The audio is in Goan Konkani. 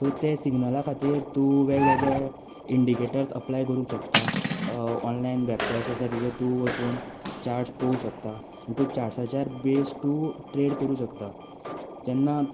सो त्या सिग्नला खातीर तूं वेगवेगळे इंडिकेटर अप्लायज करूंक शकता ऑनलायन वेबसायट आसा ताजेर वचून चार्ज पळोवंक शकता चार्साच्या बेज तूं ट्रेड करूं शकता जेन्ना